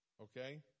okay